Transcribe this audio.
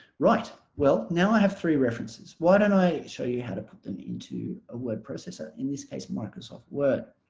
right well now i have three references why don't i show you how to put them into a word processor in this case microsoft word.